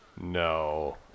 No